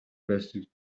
байсныг